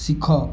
ଶିଖ